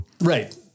right